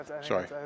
Sorry